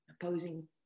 opposing